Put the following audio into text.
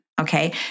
Okay